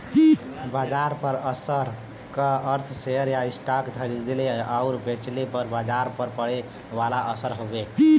बाजार पर असर क अर्थ शेयर या स्टॉक खरीदले आउर बेचले पर बाजार पर पड़े वाला असर हउवे